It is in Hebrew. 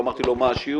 לא אמרתי לו מה השיעור,